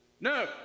No